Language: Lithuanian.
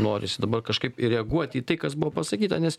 norisi dabar kažkaip ir reaguot į tai kas buvo pasakyta nes